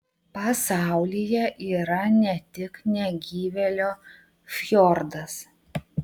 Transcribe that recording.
pasaulyje yra ne tik negyvėlio fjordas